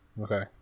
Okay